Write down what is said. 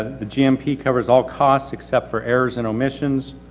the gmp covers all costs except for errors in omissions,